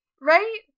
Right